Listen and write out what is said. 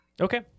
okay